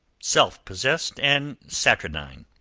self-possessed, and saturnine.